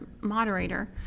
moderator